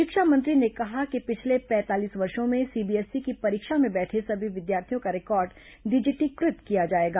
शिक्षा मंत्री ने कहा कि पिछले पैंतालीस वर्षों में सीबीएसई की परीक्षा में बैठे सभी विद्यार्थियों का रिकॉर्ड डिजिटीकृत किया जाएगा